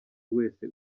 wese